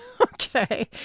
Okay